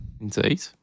Indeed